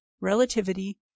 relativity